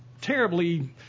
terribly